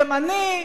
ימני,